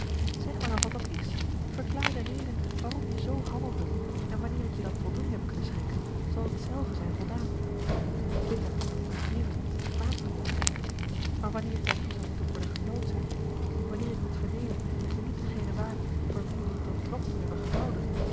zeg mij dan wat dat is verklaar de reden waarom je z handelde en wanneer ik je dan voldoening heb kunnen schenken zal ik zelve zijn voldaan bitter zou het mij grieven kwaad van je te denken maar wanneer ik daartoe zal moeten worden genoodzaakt wanneer ik moet vernemen dat je niet degene waart voor wien wij je tot nog toe hebben gehouden